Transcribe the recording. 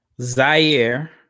Zaire